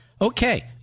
okay